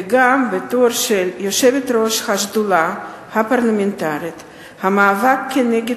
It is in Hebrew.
וגם בתור יושבת-ראש השדולה הפרלמנטרית למאבק נגד